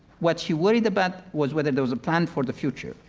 what she worried about was whether there was a plan for the future,